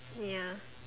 ya